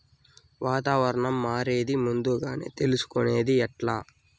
వాతావరణం మారేది ముందుగా తెలుసుకొనేది ఎట్లా?